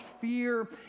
fear